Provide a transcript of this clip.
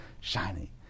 shiny